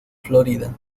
florida